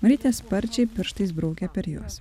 marytė sparčiai pirštais braukia per juos